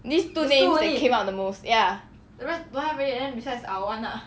these two names that came out of the most ya